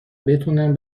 بتونم